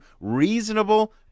reasonable